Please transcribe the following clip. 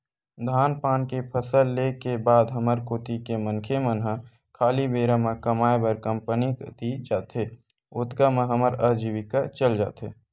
धान पान के फसल ले के बाद हमर कोती के मनखे मन ह खाली बेरा म कमाय बर कंपनी कोती जाथे, ओतका म हमर अजीविका चल जाथे